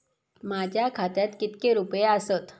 माझ्या खात्यात कितके रुपये आसत?